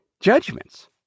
judgments